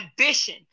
ambition